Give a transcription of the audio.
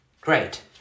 great